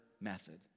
method